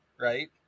right